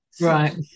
Right